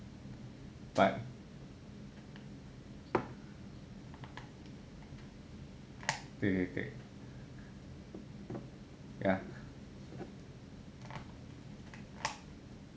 but 对对对